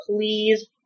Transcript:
please